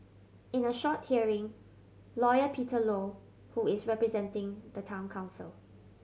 in a short hearing Lawyer Peter Low who is representing the Town Council